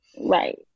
Right